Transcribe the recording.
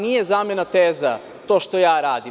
Nije zamena teza to što radim.